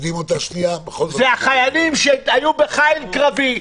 אלה החיילים שהיו בחיל קרבי.